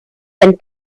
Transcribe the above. and